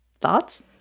thoughts